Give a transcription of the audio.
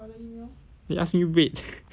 they ask me wait